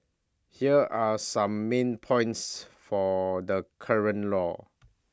here are some main points for the current law